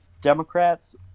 democrats